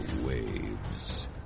waves